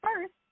first